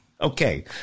Okay